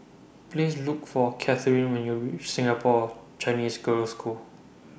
Please Look For Katherin when YOU REACH Singapore Chinese Girls' School